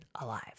alive